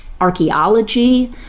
archaeology